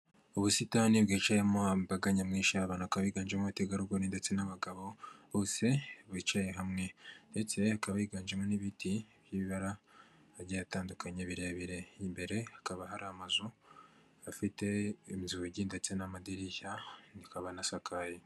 Ubusitani bwicamo imbaga nyamwinshi y'abantu hakaba higanjemo abategarugori ndetse n'abagabo bose bicaye hamwe ndetse hakaba yiganjemo n'ibiti by'ibibara bigiye bitandukanye birebire imbere hakaba hari amazu afite inzugi ndetse n'amadirishya akaba anasakaye.